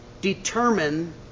determine